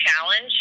challenge